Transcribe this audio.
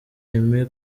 aime